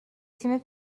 تیم